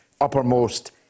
uppermost